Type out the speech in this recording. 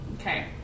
Okay